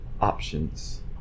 options